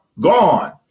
gone